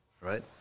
Right